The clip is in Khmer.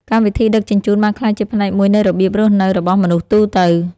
កម្មវិធីដឹកជញ្ជូន បានក្លាយជាផ្នែកមួយនៃរបៀបរស់នៅរបស់មនុស្សទូទៅ។